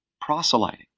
proselyting